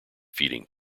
feeding